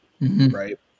right